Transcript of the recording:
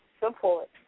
Support